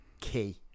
key